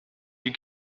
you